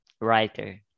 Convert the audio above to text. writer